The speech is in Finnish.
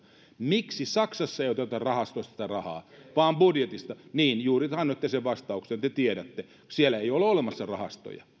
miksi saksassa ei oteta tätä rahaa rahastosta vaan budjetista niin juuri te annoitte sen vastauksen te tiedätte siellä ei ole olemassa rahastoja